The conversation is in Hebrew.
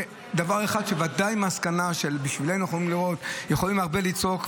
אני גם רוצה להגיד לכם שאומנם זה לא משפיע,